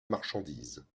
marchandises